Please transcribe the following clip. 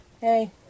Hey